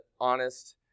honest